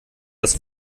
das